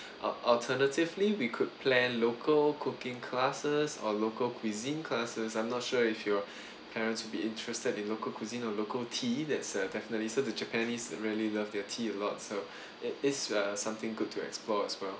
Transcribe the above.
al~ alternatively we could plan local cooking classes or local cuisine classes I'm not sure if your parents will be interested in local cuisine or local tea that's a definitely so the japanese really love their tea a lot so it is uh something good to explore as well